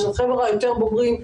ושל החבר'ה היותר בוגרים,